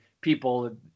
people